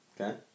okay